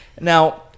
Now-